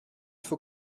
faut